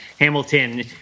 Hamilton